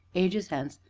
ages hence,